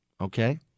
Okay